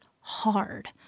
hard